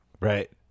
Right